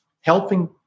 helping